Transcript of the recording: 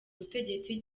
ubutegetsi